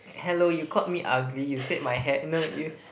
hello you called me ugly you said my hair no you